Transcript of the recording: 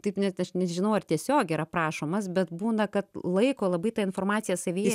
taip net aš nežinau ar tiesiog yra prašomas bet būna kad laiko labai tą informaciją savyje